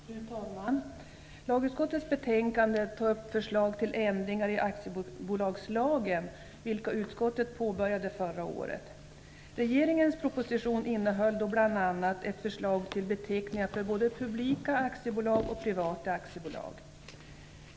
Fru talman! Lagutskottets betänkande tar upp förslag till ändringar i aktiebolagslagen, vilka utskottet påbörjade förra året. Regeringens proposition innehöll då bl.a. ett förslag till beteckningar för både publika aktiebolag och privata aktiebolag.